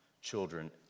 children